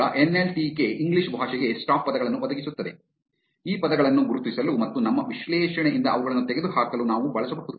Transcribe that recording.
ಈಗ N L T K English ಭಾಷೆಗೆ stop ಪದಗಳನ್ನು ಒದಗಿಸುತ್ತದೆ ಈ ಪದಗಳನ್ನು ಗುರುತಿಸಲು ಮತ್ತು ನಮ್ಮ ವಿಶ್ಲೇಷಣೆಯಿಂದ ಅವುಗಳನ್ನು ತೆಗೆದುಹಾಕಲು ನಾವು ಬಳಸಬಹುದು